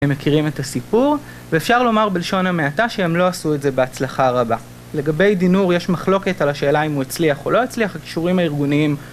הם מכירים את הסיפור, ואפשר לומר בלשון המעטה שהם לא עשו את זה בהצלחה רבה. לגבי דינור יש מחלוקת על השאלה אם הוא הצליח או לא הצליח, הקשורים הארגוניים